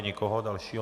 Nikoho dalšího...